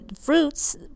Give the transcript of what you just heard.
fruits